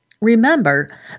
Remember